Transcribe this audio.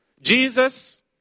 Jesus